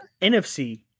NFC